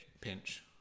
pinch